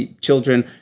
children